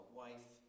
wife